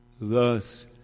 Thus